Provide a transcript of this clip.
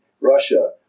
Russia